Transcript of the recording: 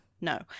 No